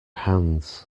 hands